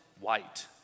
White